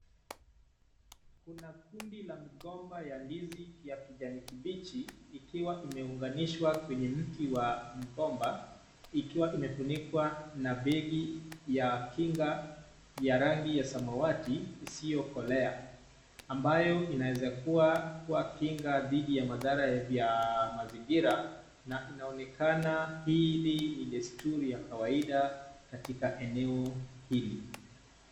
Kuna kundi la migomba ya ndizi ya kijani kibichi, ikiwa imeunganishwa kwenye mti wa mgomba, ikiwa imefunikwa na begi ya kinga ya rangi ya samawati isiyokolea ambayo inaweza kuwa kinga dhidi ya madhara ya mazingira, na inaonekana hili ni desturi ya kawaida katika eneo hili.